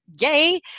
Yay